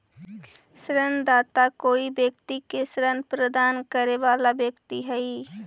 ऋणदाता कोई व्यक्ति के ऋण प्रदान करे वाला व्यक्ति हइ